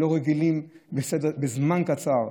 שלא רגילים לו, בזמן קצר.